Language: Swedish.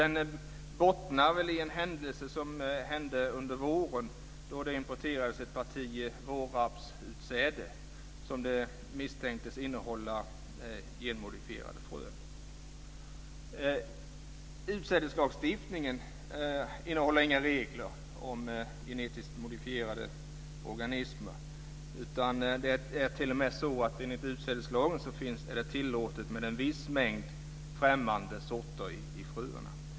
Den bottnar i en händelse under våren då det importerades ett parti vårrapsutsäde som misstänktes innehålla genmodifierade frön. Utsädeslagstiftningen innehåller inga regler om genetiskt modifierade organismer. Det är t.o.m. så att det enligt utsädeslagen är tillåtet med en viss mängd främmande sorter i fröerna.